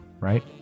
right